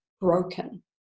broken